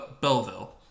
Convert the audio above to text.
Belleville